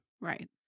Right